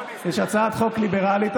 יש הצעת חוק ליברלית,